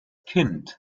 kind